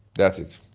that's it!